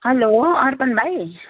hello Arpan भाइ